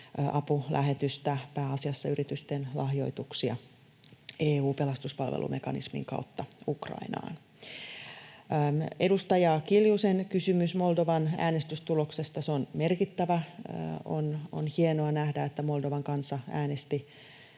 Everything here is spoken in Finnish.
materiaaliapulähetystä, pääasiassa yritysten lahjoituksia, EU:n pelastuspalvelumekanismin kautta Ukrainaan. Edustaja Kiljunen kysyi Moldovan äänestystuloksesta. Se on merkittävä. On hienoa nähdä, että Moldovan kansa äänesti